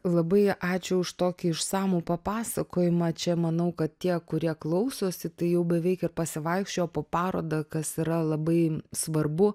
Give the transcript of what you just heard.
labai ačiū už tokį išsamų papasakojimą čia manau kad tie kurie klausosi tai jau beveik ir pasivaikščiojo po parodą kas yra labai svarbu